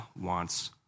wants